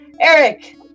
Eric